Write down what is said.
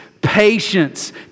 patience